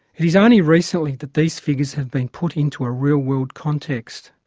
it is only recently that these figures have been put into a real-world context.